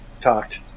talked